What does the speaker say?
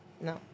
No